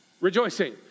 Rejoicing